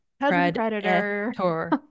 Predator